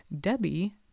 Debbie